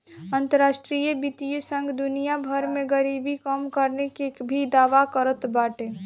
अंतरराष्ट्रीय वित्तीय संघ दुनिया भर में गरीबी कम करे के भी दावा करत बाटे